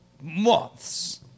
months